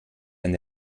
ein